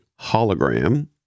hologram